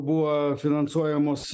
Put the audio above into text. buvo finansuojamos